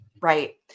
Right